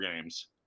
games